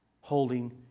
Holding